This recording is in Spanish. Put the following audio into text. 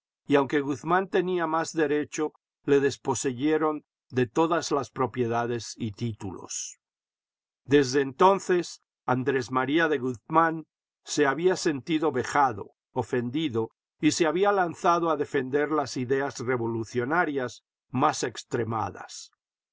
y aunque guzmán tenía más derecho le desposeyeron de todas las propiedades y títulos desde entonces andrés maría de guzmán se había sentido vejado ofendido y se había lanzado a defender las ideas revolucionarias más extremadas